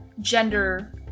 gender